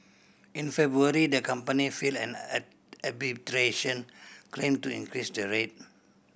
in February the company filed an arbitration claim to increase the rate